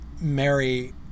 marry